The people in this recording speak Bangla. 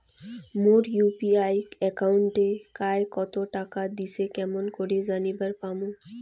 মোর ইউ.পি.আই একাউন্টে কায় কতো টাকা দিসে কেমন করে জানিবার পামু?